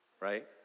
Right